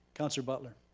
council butler.